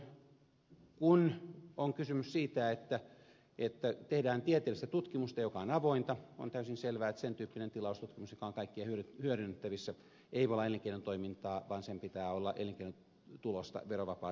tietysti silloin kun on kysymys siitä että tehdään tieteellistä tutkimusta joka on avointa on täysin selvää että sen tyyppinen tilaustutkimus joka on kaikkien hyödynnettävissä ei voi olla elinkeinotoimintaa vaan sen pitää olla elinkeinotulosta verovapaata toimintaa